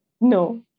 No